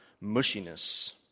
mushiness